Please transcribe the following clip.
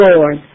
Lord